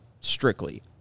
strictly